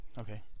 Okay